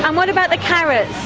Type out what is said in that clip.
um what about the carrots?